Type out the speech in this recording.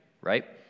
right